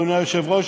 אדוני היושב-ראש,